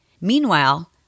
Meanwhile